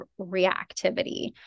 reactivity